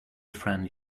friend